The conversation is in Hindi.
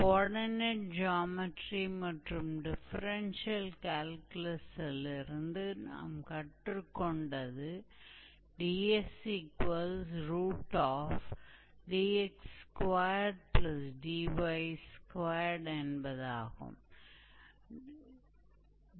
हमें कोऑर्डिनेट ज्योमेट्री से या डिफरेंसियल कैल्कुलस से भी पता चलेगा कि है इसलिए यह कुछ ऐसा है जो हम पहले से ही जानते हैं